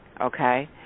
okay